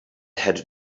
had